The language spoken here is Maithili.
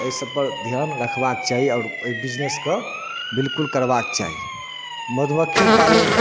एहि सभपर ध्यान रखबाके चाही आओर अइ बिजनेसके बिलकुल करबाके चाही मधुमक्खी पालन